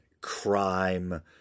crime